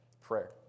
Prayer